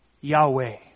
Yahweh